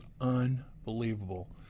unbelievable